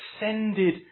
ascended